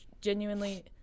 genuinely